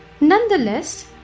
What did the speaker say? Nonetheless